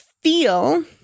feel